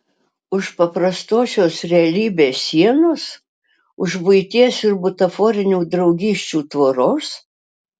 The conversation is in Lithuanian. už paprastosios realybės sienos už buities ir butaforinių draugysčių tvoros